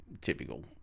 Typical